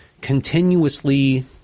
continuously